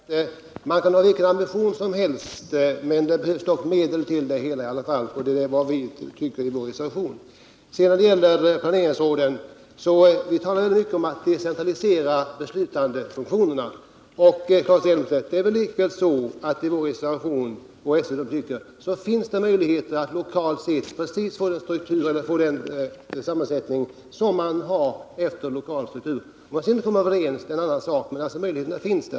Herr talman! När det gäller syoverksamheten kan man ha vilken ambition som helst, men det behövs medel till det hela, och det är vad vi tycker i vår reservation. När det gäller planeringsråden talade vi dock om att decentralisera beslutandefunktionerna. Och det är likväl så, Claes Elmstedt, att enligt vår reservation — och SÖ:s förslag — finns det möjligheter att planeringsråden får en sammansättning som precis stämmer med den lokala strukturen. Om man sedan kommer överens är en annan sak, men möjligheterna finns där.